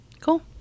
cool